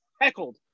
heckled